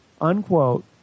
unquote